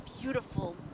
beautiful